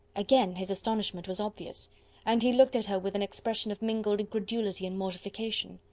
again his astonishment was obvious and he looked at her with an expression of mingled incredulity and mortification.